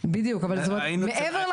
העניין של